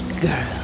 girl